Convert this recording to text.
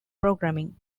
programming